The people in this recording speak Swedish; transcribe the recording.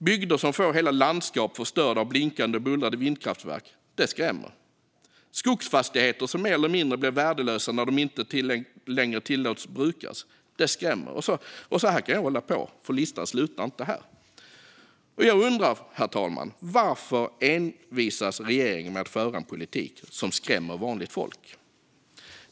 Bygder som får hela landskap förstörda av blinkande och bullrande vindkraftverk skrämmer. Skogsfastigheter som mer eller mindre blir värdelösa när de inte längre tillåts brukas skrämmer. Så där skulle jag kunna hålla på, för listan slutar inte här. Jag undrar, herr talman: Varför envisas regeringen med att föra en politik som skrämmer vanligt folk?